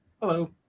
Hello